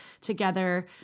together